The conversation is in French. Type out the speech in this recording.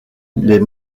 les